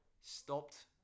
stopped